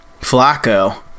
Flacco